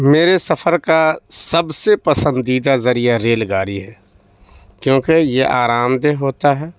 میرے سفر کا سب سے پسندیدہ ذریعہ ریل گاڑی ہے کیونکہ یہ آرام دہ ہوتا ہے